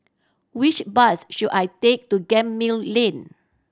which bus should I take to Gemmill Lane